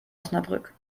osnabrück